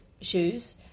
shoes